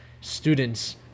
students